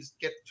get